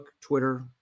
Twitter